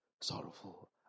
sorrowful